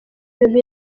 ibintu